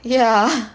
ya